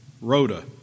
Rhoda